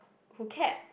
who kept